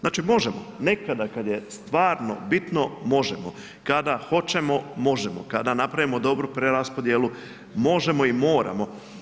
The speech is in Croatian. Znači, možemo, nekada kad je stvarno bitno, možemo, kada hoćemo, možemo, kada napravimo dobru preraspodjelu možemo i moramo.